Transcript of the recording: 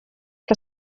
que